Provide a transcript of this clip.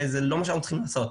זה לא מה שאנחנו צריכים לעשות.